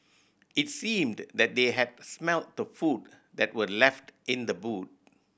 it seemed that they had smelt the food that were left in the boot